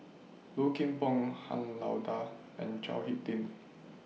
Low Kim Pong Han Lao DA and Chao Hick Tin